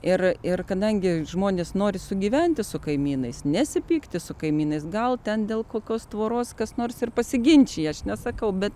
ir ir kadangi žmonės nori sugyventi su kaimynais nesipykti su kaimynais gal ten dėl kokios tvoros kas nors ir pasiginčija aš nesakau bet